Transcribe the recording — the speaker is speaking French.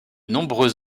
nombreux